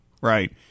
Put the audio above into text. Right